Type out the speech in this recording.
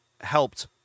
helped